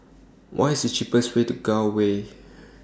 What IS The cheapest Way to Gul Way